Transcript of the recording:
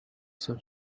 some